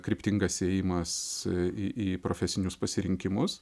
kryptingas ėjimas į profesinius pasirinkimus